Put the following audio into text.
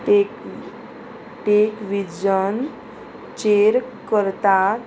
take टेकविजनचेर करतात